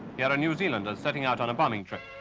here a new zealander is setting out on a bombing trip.